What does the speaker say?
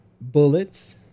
bullets